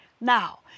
Now